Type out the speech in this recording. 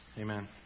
amen